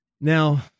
now